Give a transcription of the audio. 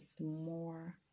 more